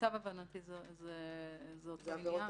למיטב הבנתי, זה אותו עניין.